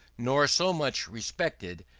nor so much respected,